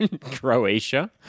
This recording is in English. Croatia